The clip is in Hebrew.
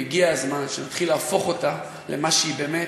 והגיע הזמן שנתחיל להפוך אותה למה שהיא באמת: